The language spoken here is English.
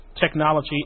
technology